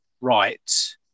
right